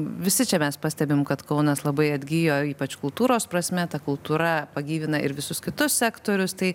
visi čia mes pastebim kad kaunas labai atgijo ypač kultūros prasme ta kultūra pagyvina ir visus kitus sektorius tai